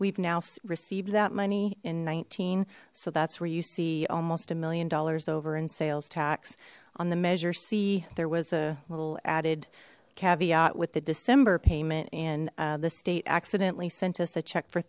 we've now received that money in nineteen so that's where you see almost a million dollars over in sales tax on the measure c there was a little added caveat with the december payment and the state accidentally sent us a check for